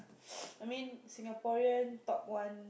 I mean Singaporean top one